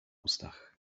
ustach